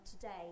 today